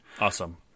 Awesome